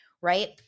right